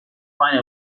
find